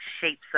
shapes